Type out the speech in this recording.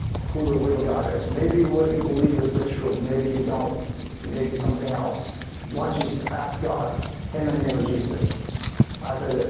who the real, god is maybe what you believe is the truth maybe you don't maybe something else once you just ask god in the name of jesus i said,